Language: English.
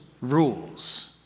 rules